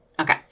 Okay